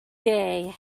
day